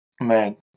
Man